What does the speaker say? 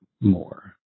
more